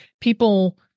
people